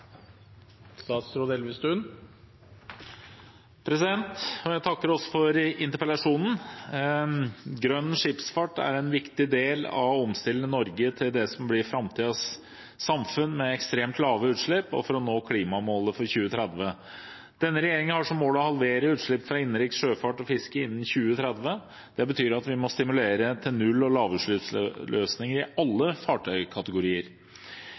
en viktig del av å omstille Norge til det som blir framtidens samfunn, med ekstremt lave utslipp, og for å nå klimamålet for 2030. Denne regjeringen har som mål å halvere utslippene fra innenriks sjøfart og fiske innen 2030. Det betyr at vi må stimulere til null- og lavutslippsløsninger i alle fartøykategorier.